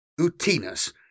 Utinus